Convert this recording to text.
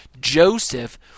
Joseph